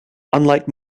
unlike